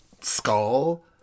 skull